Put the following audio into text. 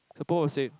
the pop-up will say